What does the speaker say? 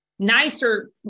nicer